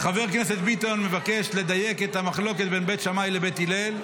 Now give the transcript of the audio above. חבר הכנסת ביטון מבקש לדייק את המחלוקת בין בית שמאי לבית הלל,